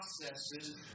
processes